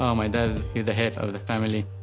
um my dad, he's the head of the family.